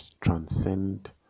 transcend